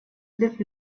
live